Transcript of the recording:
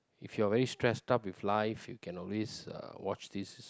if you are very stressed up with life you can always uh watch this